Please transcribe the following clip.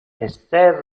esser